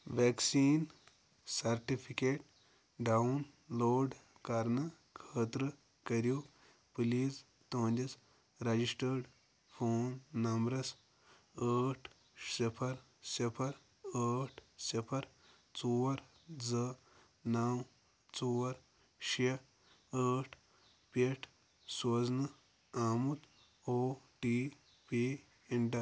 vaccine certificate download کرنہٕ خٲطرٕ کٔرِو پٕلیٖز تُہُنٛدِس رَجِسٹٲڈ فون نمبرَس ٲٹھ صِفر صِفر ٲٹھ صِفر ژور زٕ نَو ژور شےٚ ٲٹھ پٮ۪ٹھ سوزنہٕ آمُت او ٹی پی اٮ۪نٛٹَر